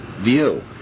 view